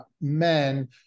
men